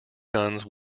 guns